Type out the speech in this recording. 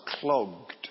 clogged